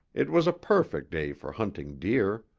it was a perfect day for hunting deer.